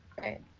right